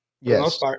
yes